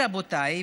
רבותיי,